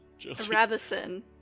Ravison